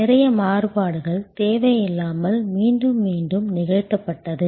நிறைய மாறுபாடுகள் தேவையில்லாமல் மீண்டும் மீண்டும் நிகழ்த்தப்பட்டது